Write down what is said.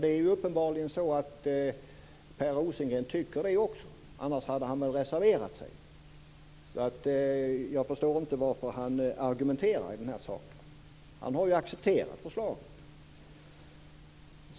Det är uppenbarligen så att också Per Rosengren tycker det. Annars hade han reserverat sig. Jag förstår därför inte varför han argumenterar i den här saken. Han har ju accepterat förslaget.